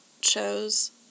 chose